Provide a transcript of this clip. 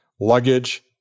luggage